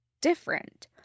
different